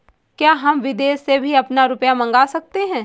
क्या हम विदेश से भी अपना रुपया मंगा सकते हैं?